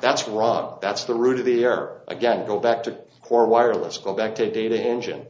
that's rot that's the root of the error again go back to core wireless go back to data engine